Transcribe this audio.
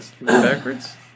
Backwards